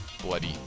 bloody